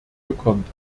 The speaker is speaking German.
bekommt